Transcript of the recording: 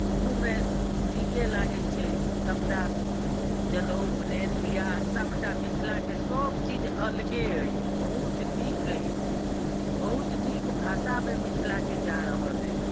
ओहू मे नीके लागै छै सबटा जनउ ऊपनयन बियाह सबटा मिथिला के सऽब चीज अलगे अछि बहुत नीक अछि बहुत नीक भाषा मे मिथिला के जा रहल अछि